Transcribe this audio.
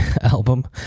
album